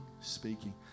speaking